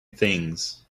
things